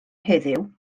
heddiw